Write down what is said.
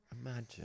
Imagine